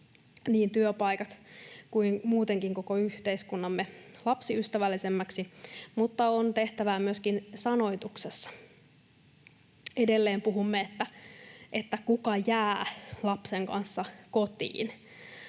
niin työpaikat kuin muutenkin koko yhteiskuntamme lapsiystävällisemmäksi, mutta on tehtävää myöskin sanoituksessa: Edelleen puhumme, että kuka ”jää” lapsen kanssa kotiin.